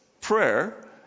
prayer